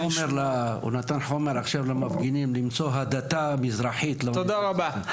הוא נתן עכשיו חומר למפגינים כדי למצוא הדתה מזרחית --- תודה רבה.